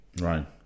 Right